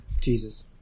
Jesus